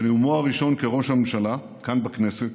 בנאומו הראשון כראש הממשלה, כאן בכנסת,